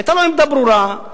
היתה לו עמדה ברורה,